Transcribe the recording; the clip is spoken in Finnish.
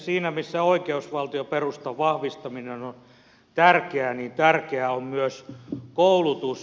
siinä missä oikeusvaltioperustan vahvistaminen on tärkeää tärkeää on myös koulutus